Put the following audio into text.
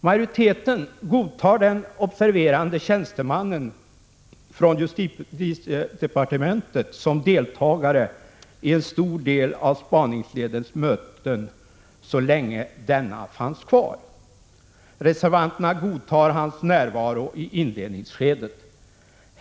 Majoriteten godtar den observerande tjänstemannen från justitiedepartementet som deltagare i en stor del av spaningsledningens möten så länge denna fanns kvar. Reservanterna godtar hans närvaro i inledningsskedet.